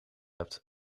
hebt